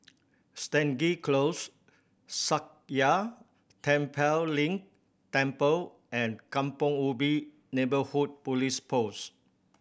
Stangee Close Sakya Tenphel Ling Temple and Kampong Ubi Neighbourhood Police Post